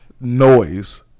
noise